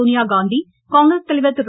Sonia Gandhi Congress தலைவர் திரு